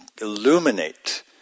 illuminate